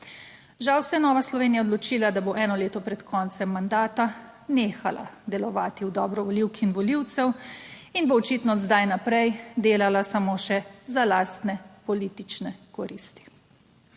Žal se je Nova Slovenija odločila, da bo eno leto pred koncem mandata nehala delovati v dobro volivk in volivcev in bo očitno od zdaj naprej delala samo še za lastne politične koristi.